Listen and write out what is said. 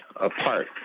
apart